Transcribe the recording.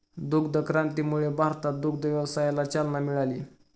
दुग्ध क्रांतीमुळे भारतात दुग्ध व्यवसायाला चालना मिळाली